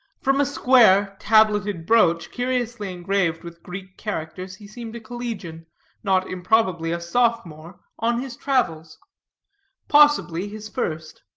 from a square, tableted-broach, curiously engraved with greek characters, he seemed a collegian not improbably, a sophomore on his travels possibly, his first.